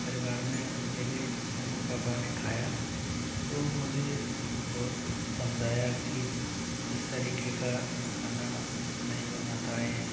परिवार में मेरे मम्मी पापा ने खाया तो मुझे बहुत समझाया कि इस तरीके का खाना नहीं बनाता हैं